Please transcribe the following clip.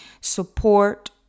Support